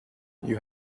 you